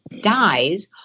dies